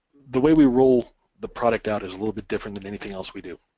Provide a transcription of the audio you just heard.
the way we roll the product out is a little bit different than anything else we do.